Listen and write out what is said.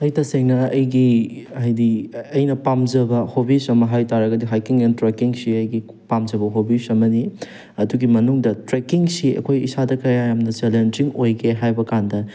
ꯑꯩ ꯇꯁꯦꯡꯅ ꯑꯩꯒꯤ ꯍꯥꯏꯗꯤ ꯑꯩꯅ ꯄꯥꯝꯖꯕ ꯍꯣꯕꯤꯁ ꯑꯃ ꯍꯥꯏ ꯇꯥꯔꯒꯗꯤ ꯍꯥꯏꯀꯤꯡ ꯑꯦꯟ ꯇ꯭ꯔꯦꯛꯀꯤꯡꯁꯤ ꯑꯩꯒꯤ ꯄꯥꯝꯖꯕ ꯍꯣꯕꯤꯁ ꯑꯃꯅꯤ ꯑꯗꯨꯒꯤ ꯃꯅꯨꯡꯗ ꯇ꯭ꯔꯦꯛꯀꯤꯡꯁꯤ ꯑꯩꯈꯣꯏ ꯏꯁꯥꯗ ꯀꯌꯥ ꯌꯥꯝꯅ ꯆꯦꯂꯦꯟꯖꯤꯡ ꯑꯣꯏꯒꯦ ꯍꯥꯏꯕ ꯀꯥꯟꯗ